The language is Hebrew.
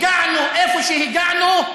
הגענו לאן שהגענו,